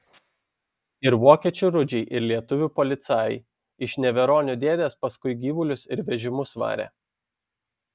ir vokiečių rudžiai ir lietuvių policajai iš neveronių dėdės paskui gyvulius ir vežimus varė